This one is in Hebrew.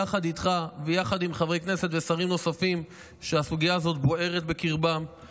יחד איתך ויחד עם חברי כנסת ושרים נוספים שהסוגיה הזאת בוערת בקרבם,